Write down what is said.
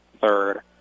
third